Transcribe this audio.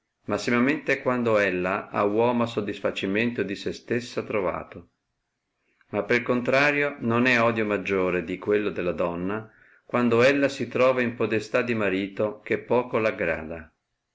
marito massimamente quando ella ha uomo a sodisfacimento di se stessa trovato ma pel contrario non è odio maggiore di quello della donna quando ella si trova in podestà di marito che poco la aggrada